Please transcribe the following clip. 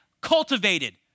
cultivated